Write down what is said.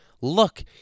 look